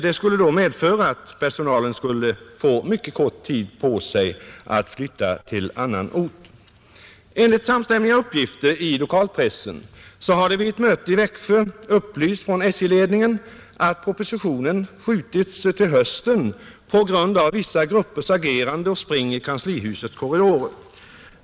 Det skulle betyda att personalen fick mycket kort tid på sig att flytta till annan ort. Enligt samstämmiga uppgifter i lokalpressen har SJ-ledningen vid ett möte i Växjö upplyst om att propositionen skjutits till hösten på grund av vissa gruppers agerande och spring i kanslihusets korridorer.